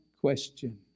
question